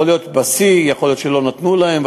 יכול להיות שבשיא לא נתנו להם,